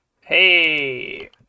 Hey